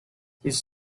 these